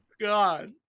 God